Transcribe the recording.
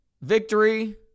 victory